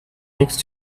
next